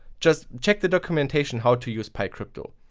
just check the documentation how to use pycrypto.